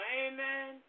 amen